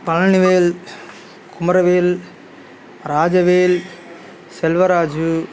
Palanivel Kumaravel Rajavel Selvaraju